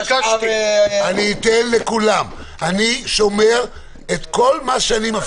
לוט אחד או שניים?